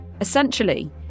Essentially